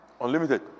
Unlimited